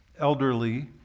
elderly